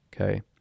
Okay